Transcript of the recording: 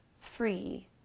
free